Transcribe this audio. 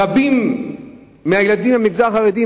רבים מהילדים שנהרגו הם מהמגזר החרדי,